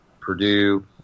Purdue